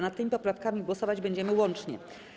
Nad tymi poprawkami głosować będziemy łącznie.